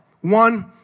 One